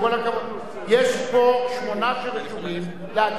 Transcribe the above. יש פה שמונה שרשומים להגיב על כל הדברים.